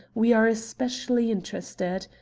we are especially interested.